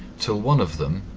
till one of them,